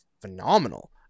phenomenal